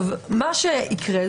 מה שיקרה,